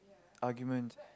argument